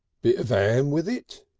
bit of am with it,